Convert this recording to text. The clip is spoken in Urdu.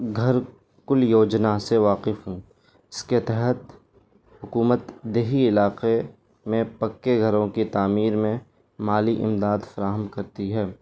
گھر کل یوجنا سے واقف ہوں اس کے تحت حکومت دیہی علاقے میں پکے گھروں کی تعمیر میں مالی امداد فراہم کرتی ہے